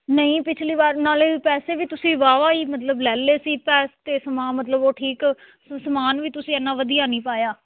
ਨਹੀਂ ਪਿਛਲੀ ਵਾਰ ਨਾਲੇ ਵੀ ਪੈਸੇ ਵੀ ਤੁਸੀਂ ਵਾਹਵਾ ਹੀ ਮਤਲਬ ਲੈ ਲਏ ਸੀ ਪੈਸੇ ਸਮਾਂ ਮਤਲਬ ਉਹ ਠੀਕ ਸਮਾਨ ਵੀ ਤੁਸੀਂ ਇੰਨਾ ਵਧੀਆ ਨਹੀਂ ਪਾਇਆ